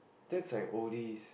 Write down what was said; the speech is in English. that's like oldies